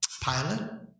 pilot